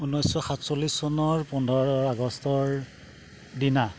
ঊনৈছশ সাতচল্লিছ চনৰ পোন্ধৰ আগষ্টৰ দিনা